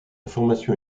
formation